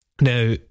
now